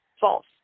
false